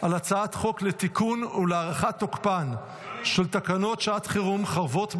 על הצעת חוק לתיקון ולהארכת תוקפן של תקנות שעת חירום (חרבות ברזל)